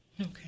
Okay